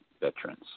Veterans